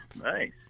Nice